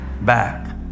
back